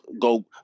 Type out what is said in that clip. go